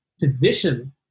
position